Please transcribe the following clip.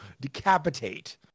decapitate